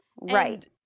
right